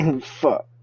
Fuck